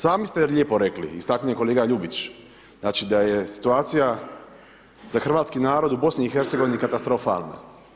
Sami ste lijepo rekli, istaknuo je kolega Ljubić, znači da je situacija za hrvatski narod u BiH katastrofalna.